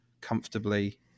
comfortably